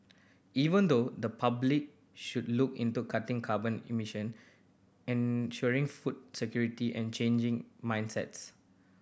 even though the public should look into cutting carbon emission ensuring food security and changing mindsets